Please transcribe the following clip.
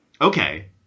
Okay